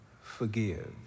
forgive